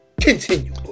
Continue